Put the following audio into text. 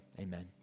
Amen